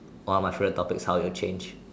what are my favorite topics how it will change